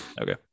Okay